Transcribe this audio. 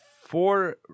four